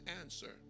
answer